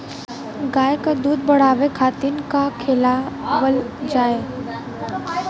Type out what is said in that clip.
गाय क दूध बढ़ावे खातिन का खेलावल जाय?